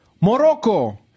Morocco